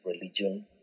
religion